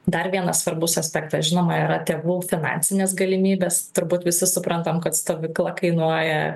dar vienas svarbus aspektas žinoma yra tėvų finansinės galimybės turbūt visi suprantam kad stovykla kainuoja